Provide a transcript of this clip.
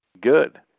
good